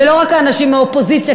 ולא רק האנשים מהאופוזיציה,